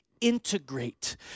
integrate